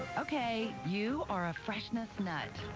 okay, you are a freshness nut.